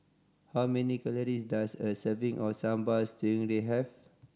how many calories does a serving of Sambal Stingray have